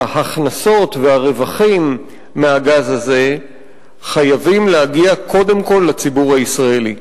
ההכנסות והרווחים מהגז הזה חייבים להגיע קודם כול לציבור הישראלי.